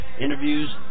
interviews